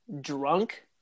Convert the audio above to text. drunk